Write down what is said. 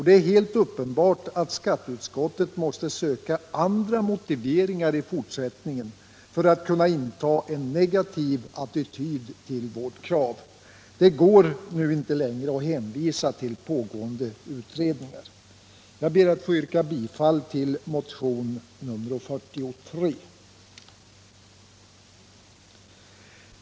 Det är helt uppenbart att skatteutskottet måste söka andra motiveringar i fortsättningen för att kunna inta en negativ attityd till vårt krav. Nu går det inte längre att hänvisa till pågående utredningar! Jag ber att få yrka bifall till motion 1977/78:43.